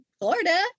Florida